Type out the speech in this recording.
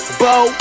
bow